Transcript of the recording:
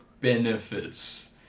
benefits